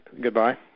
goodbye